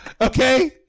Okay